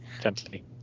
gently